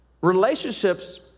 relationships